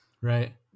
Right